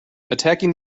attacking